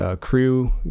crew